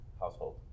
household